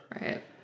Right